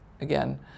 again